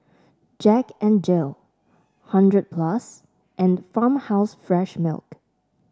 Jack N Jill hundred plus and Farmhouse Fresh Milk